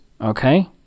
okay